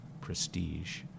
prestige